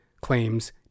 claims